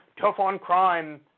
tough-on-crime